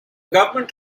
government